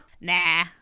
nah